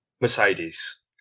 Mercedes